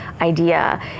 idea